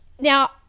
Now